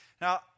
Now